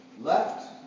left